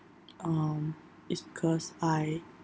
um it's cause I